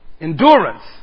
Endurance